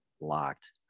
Locked